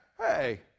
hey